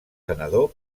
senador